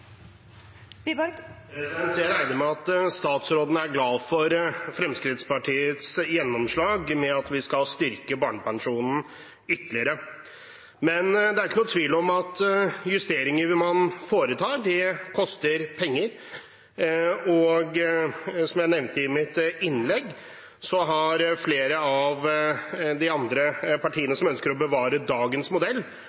glad for Fremskrittspartiets gjennomslag med at vi skal styrke barnepensjonen ytterligere. Men det er ikke noen tvil om at justeringer man foretar, koster penger. Som jeg nevnte i mitt innlegg, har flere av de andre partiene